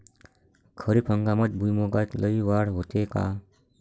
खरीप हंगामात भुईमूगात लई वाढ होते का?